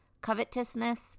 covetousness